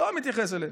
לא מתייחס אליהם.